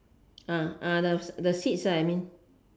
ah ah the the seats ah I mean